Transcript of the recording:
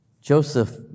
Joseph